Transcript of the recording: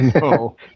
no